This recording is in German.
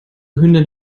hündin